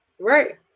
Right